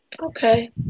Okay